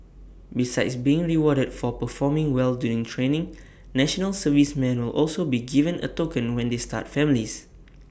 besides being rewarded for performing well during training National Serviceman will also be given A token when they start families